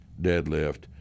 deadlift